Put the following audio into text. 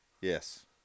Yes